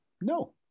No